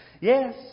Yes